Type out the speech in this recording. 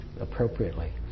appropriately